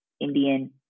Indian